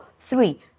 three